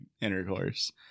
intercourse